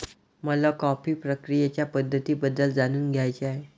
मला कॉफी प्रक्रियेच्या पद्धतींबद्दल जाणून घ्यायचे आहे